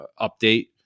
update